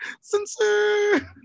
Censor